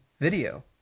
Video